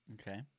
okay